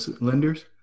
lenders